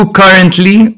currently